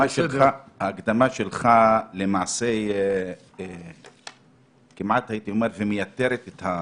ההקדמה שלך למעשה כמעט הייתי אומר שמייתרת את הדיון,